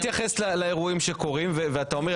מתייחס לאירועים שקורים ואתה אומר,